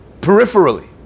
peripherally